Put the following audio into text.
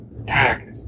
attacked